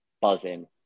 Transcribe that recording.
buzzing